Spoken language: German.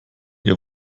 ihr